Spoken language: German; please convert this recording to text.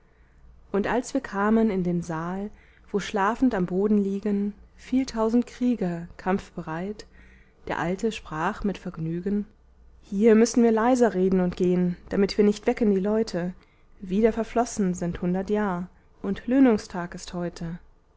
und als wir kamen in den saal wo schlafend am boden liegen viel tausend krieger kampfbereit der alte sprach mit vergnügen hier müssen wir leiser reden und gehn damit wir nicht wecken die leute wieder verflossen sind hundert jahr und löhnungstag ist heute